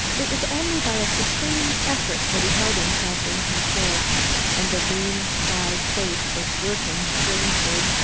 it was only by a supreme effort that he held himself in control and the lean, scarred face was working strangely.